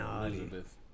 Elizabeth